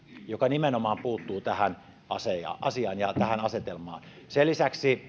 joka nimenomaan puuttuu tähän asiaan ja tähän asetelmaan sen lisäksi